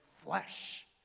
flesh